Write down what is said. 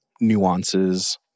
nuances